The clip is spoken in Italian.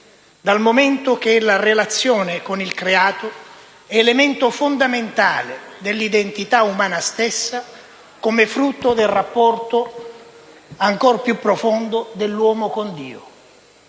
dal momento che la relazione con il creato è elemento fondamentale dell'identità umana stessa, come frutto del rapporto, ancor più profondo, dell'uomo con Dio.